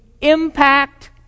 impact